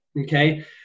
Okay